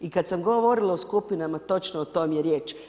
I kad sam govorila o skupinama točno o tom je riječ.